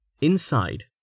Inside